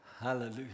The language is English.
Hallelujah